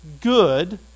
good